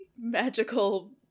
magical